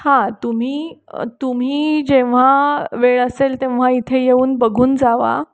हां तुम्ही तुम्ही जेव्हा वेळ असेल तेव्हा इथे येऊन बघून जावा